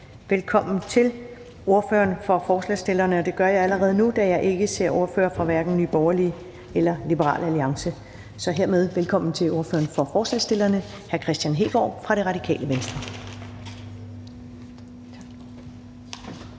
velkommen til ordføreren for forslagsstillerne. Det gør jeg allerede nu, da jeg hverken ser ordførere fra Nye Borgerlige eller Liberal Alliance. Så hermed velkommen til ordføreren for forslagsstillerne, hr. Kristian Hegaard, fra Det Radikale Venstre. Kl.